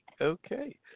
Okay